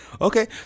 Okay